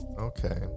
okay